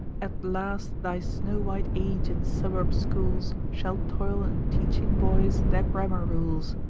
at last thy snow-white age in suburb schools, shall toil in teaching boys their grammar rules.